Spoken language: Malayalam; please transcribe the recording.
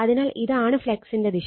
അതിനാൽ ഇതാണ് ഫ്ളക്സിന്റെ ദിശ